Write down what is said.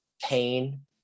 pain